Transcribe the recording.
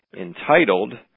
entitled